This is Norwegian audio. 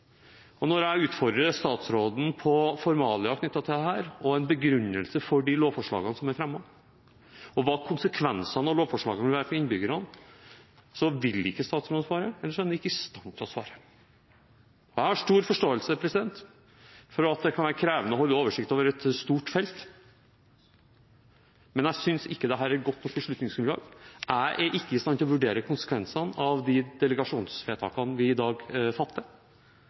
Og når jeg utfordrer statsråden på formalia knyttet til dette og en begrunnelse for de lovforslagene som er fremmet, og hva konsekvensene av lovforslagene vil være for innbyggerne, så vil ikke statsråden svare, eller så er han ikke i stand til å svare. Jeg har stor forståelse for at det kan være krevende å holde oversikt over et stort felt, men jeg synes ikke dette er et godt nok beslutningsgrunnlag. Jeg er ikke i stand til å vurdere konsekvensene av de delegasjonsvedtakene vi i dag fatter.